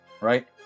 right